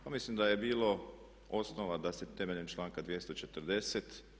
Pa mislim da je bilo osnova da se temeljem članka 240.